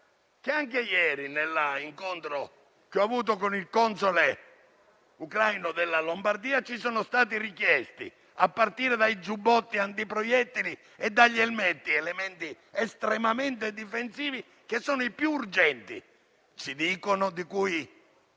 anche ieri, nell'incontro che ho avuto con il console ucraino della Lombardia, ci sono stati richiesti, a partire dai giubbotti antiproiettile e dagli elmetti, elementi estremamente difensivi, che - ci dicono - sono i più